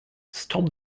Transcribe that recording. stop